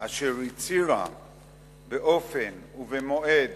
אשר הצהירה באופן ובמועד